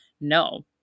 No